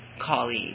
colleague